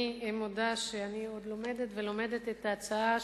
אני מודה שאני עוד לומדת ולומדת את ההצעה,